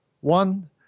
one